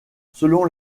selon